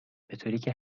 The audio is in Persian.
بطوریکه